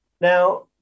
Now